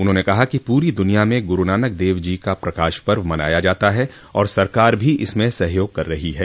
उन्होंने कहा कि पूरी दनिया में गुरूनानक देव जी के प्रकाश पर्व मनाया जाता है और सरकार भी इसमें सहयोग कर रही है